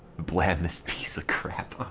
blam this piece of crap